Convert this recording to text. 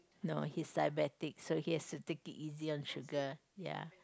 no he's diabetic so he has to take it easy on sugar ya